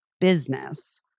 business